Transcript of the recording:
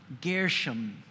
Gershom